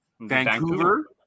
Vancouver